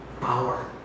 power